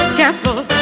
careful